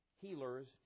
healers